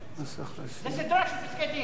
זו סדרה של פסקי-דין.